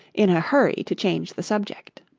in a hurry to change the subject.